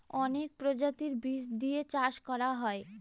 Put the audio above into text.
অনেক প্রজাতির বীজ দিয়ে চাষ করা হয়